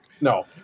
No